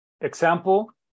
example